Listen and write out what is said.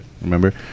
remember